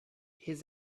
his